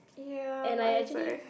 ya but it's like